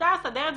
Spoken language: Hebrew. אפשר לסדר את זה